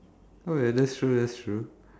oh ya that's true that's true